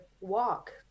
walk